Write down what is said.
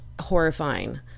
horrifying